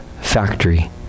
factory